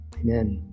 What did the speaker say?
Amen